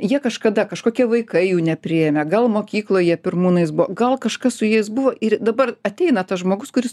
jie kažkada kažkokie vaikai jų nepriėmė gal mokykloj jie pirmūnais buvo gal kažkas su jais buvo ir dabar ateina tas žmogus kuris